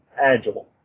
agile